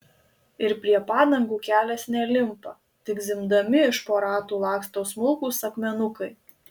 ir prie padangų kelias nelimpa tik zvimbdami iš po ratų laksto smulkūs akmenukai